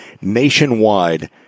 nationwide